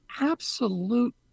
absolute